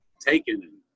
taken